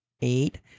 eight